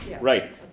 Right